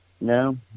No